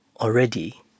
already